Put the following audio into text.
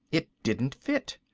it didn't fit.